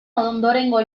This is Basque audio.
ondorengo